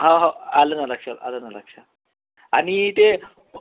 हा हो आलं ना लक्षात आलं ना लक्षात आणि ते